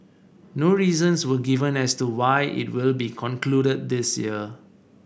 no reasons were given as to why it will be concluded this year